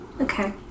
Okay